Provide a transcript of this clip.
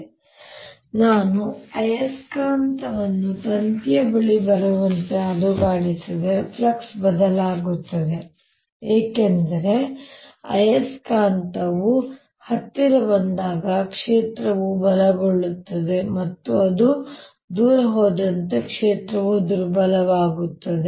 ಈಗ ನಾನು ಆಯಸ್ಕಾಂತವನ್ನು ತಂತಿಯ ಬಳಿ ಬರುವಂತೆ ಅಲುಗಾಡಿಸಿದರೆ ಫ್ಲಕ್ಸ್ ಬದಲಾಗುತ್ತದೆ ಏಕೆಂದರೆ ಆಯಸ್ಕಾಂತವು ಹತ್ತಿರ ಬಂದಾಗ ಕ್ಷೇತ್ರವು ಬಲಗೊಳ್ಳುತ್ತದೆ ಮತ್ತು ಅದು ದೂರ ಹೋದಂತೆ ಕ್ಷೇತ್ರವು ದುರ್ಬಲವಾಗುತ್ತದೆ